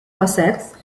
cossacks